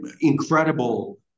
incredible